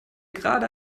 gerade